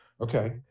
Okay